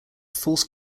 false